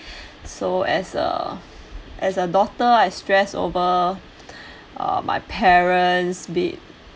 so as a as a daughter I stress over uh my parents be